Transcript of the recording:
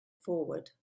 forward